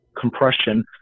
compression